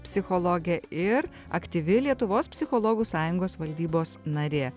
psichologė ir aktyvi lietuvos psichologų sąjungos valdybos narė